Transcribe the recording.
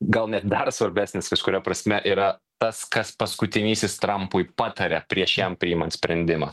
gal net dar svarbesnis kažkuria prasme yra tas kas paskutinysis trampui pataria prieš jam priimant sprendimą